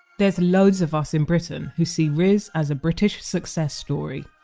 there's loads of us in britain who see riz as a british success story.